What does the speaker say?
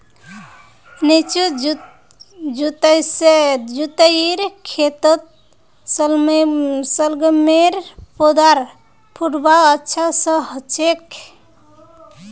निचोत जुताईर खेतत शलगमेर पौधार फुटाव अच्छा स हछेक